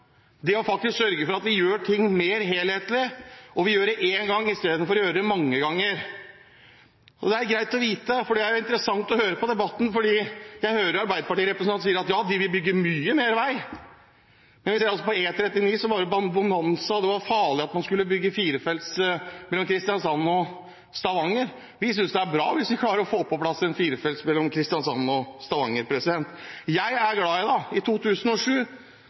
– det faktisk å sørge for at vi gjør ting mer helhetlig, og at vi gjør det én gang istedenfor å gjøre det mange ganger. Det er greit å vite, for det er interessant å høre på debatten når jeg hører en arbeiderpartirepresentant si at ja, de vil bygge mye mer vei, men vi ser jo at det på E39 var «bonanza», det var farlig at man skulle bygge firefelts vei mellom Kristiansand og Stavanger. Vi synes det er bra hvis vi klarer å få på plass en firefelts vei mellom Kristiansand og Stavanger. Jeg er glad i dag. I 2007